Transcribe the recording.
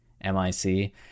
M-I-C